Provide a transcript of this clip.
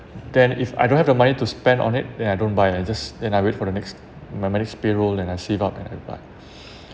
then if I don't have the money to spend on it then I don't buy I just then I wait for the next my my next payroll and I save up and I buy